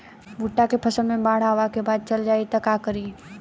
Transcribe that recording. भुट्टा के फसल मे बाढ़ आवा के बाद चल जाई त का करी?